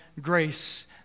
grace